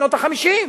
משנות ה-50.